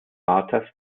vaters